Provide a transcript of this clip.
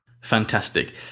Fantastic